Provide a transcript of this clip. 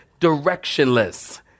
directionless